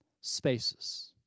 spaces